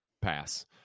pass